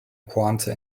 pointe